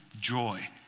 joy